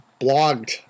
blogged